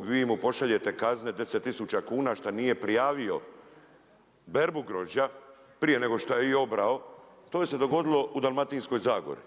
vi mu pošaljete kazne 10 000 kuna šta nije prijavio berbu grožđa prije nego šta je i obrao, to se dogodilo u Dalmatinskoj zagori.